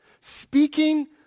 Speaking